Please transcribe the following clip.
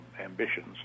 ambitions